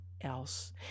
else